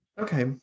okay